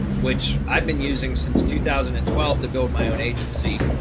which i've been using since two thousand and twelve, to build my own agency.